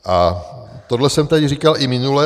A tohle jsem tady říkal i minule.